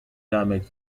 damage